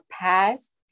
past